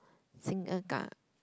singa~